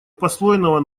послойного